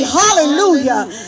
hallelujah